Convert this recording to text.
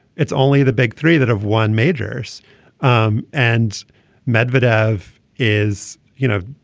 it's only the big three that have won majors um and medvedev is you know.